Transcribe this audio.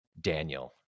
Daniel